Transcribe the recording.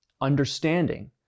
understanding